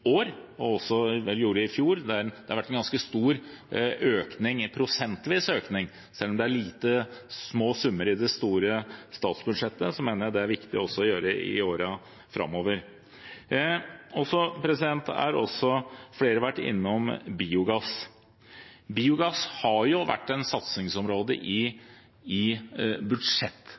år, og også vel gjorde i fjor. Det har vært en ganske stor prosentvis økning, og selv om dette er små summer i det store statsbudsjettet, mener jeg det er viktig å gjøre også i årene framover. Flere har også vært innom biogass. Biogass har vært et satsingsområde i